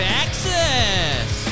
Texas